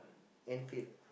until